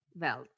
wealth